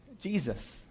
Jesus